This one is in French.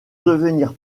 devenir